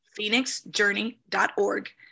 phoenixjourney.org